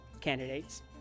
candidates